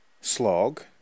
slog